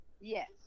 Yes